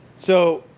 so,